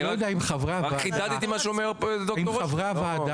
אני רק חידדתי את מה שאומר פרופ' רוטשטיין.